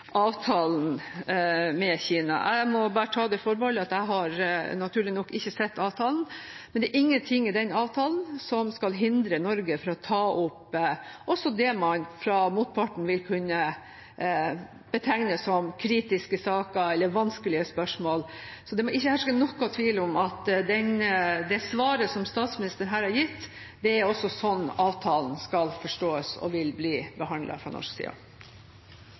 avtalen med Kina. Jeg må ta det forbehold at jeg har naturlig nok ikke sett avtalen, men det er ingen ting i den avtalen som skal hindre Norge fra å ta opp også det man fra motparten vil kunne betegne som kritiske saker eller vanskelige spørsmål. Det må ikke herske noen tvil om at det svaret som statsministeren her har gitt, er slik avtalen skal forstås og vil bli behandlet fra norsk side.